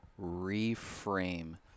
reframe